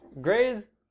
Gray's